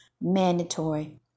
mandatory